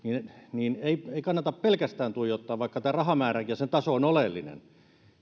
niin ei ei kannata vaikka tämä rahamääräkin ja sen taso ovat oleellisia pelkästään tuijottaa